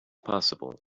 possible